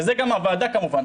וזה הוועדה כמובן.